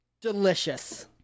Delicious